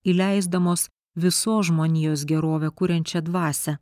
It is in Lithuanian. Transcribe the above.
įleisdamos visos žmonijos gerovę kuriančią dvasią